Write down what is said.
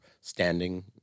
standing